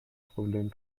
problem